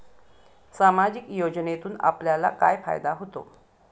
सामाजिक योजनेतून आपल्याला काय फायदा होतो?